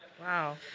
wow